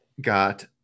got